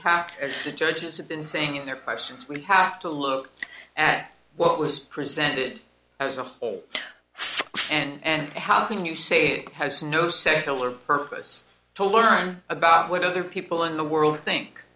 have the churches have been saying in their questions we have to look at what was presented as a whole and how can you say he has no secular purpose to learn about what other people in the world think